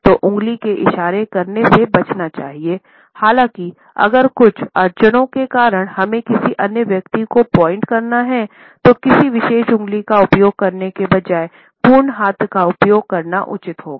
तो उंगली के इशारा करने से बचना चाहिए हालाँकि अगर कुछ अड़चनों के कारण हमें किसी अन्य व्यक्ति को पॉइंट करना है तो किसी विशेष उंगली का उपयोग करने के बजाय पूर्ण हाथ का उपयोग करना उचित होगा